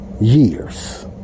years